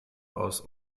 aus